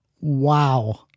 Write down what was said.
wow